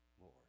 Lord